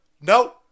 no